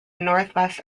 northwest